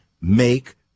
make